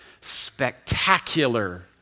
spectacular